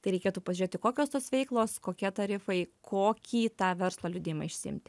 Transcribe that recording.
tai reikėtų pažiūrėti kokios tos veiklos kokie tarifai kokį tą verslo liudijimą išsiimti